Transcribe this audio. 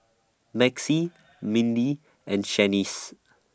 Maxie Mindy and Shaniece